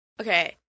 Okay